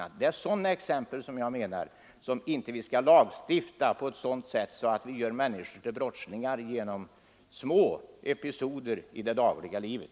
Det är sådana exempel jag tänker på när jag säger att vi inte skall lagstifta på ett sådant sätt att vi gör människor till brottslingar genom små episoder i det dagliga livet.